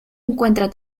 encuentra